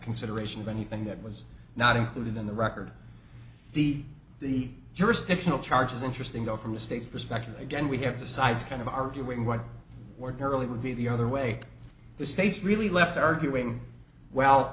consideration of anything that was not included in the record the the jurisdictional charges interesting though from the state's perspective again we have the sides kind of arguing what ordinarily would be the other way the state's really left arguing well